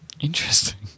Interesting